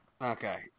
Okay